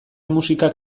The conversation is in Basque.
musikak